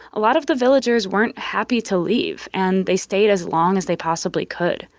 a lot of the villagers weren't happy to leave and they stayed as long as they possibly could.